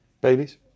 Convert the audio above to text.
Babies